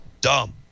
dumb